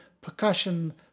percussion